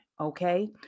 okay